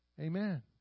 Amen